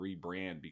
rebrand